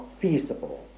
feasible